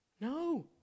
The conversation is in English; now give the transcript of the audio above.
No